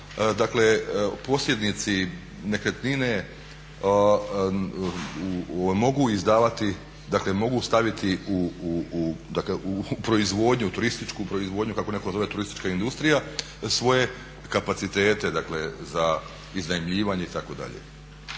dakle posjednici nekretnine mogu izdavati mogu staviti u proizvodnju u turističku proizvodnju kako netko zove turistička industrija svoje kapacitete za iznajmljivanje itd.